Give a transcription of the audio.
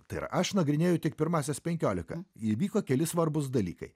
tai yra aš nagrinėju tik pirmąsias penkiolika įvyko keli svarbūs dalykai